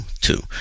two